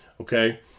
okay